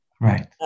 Right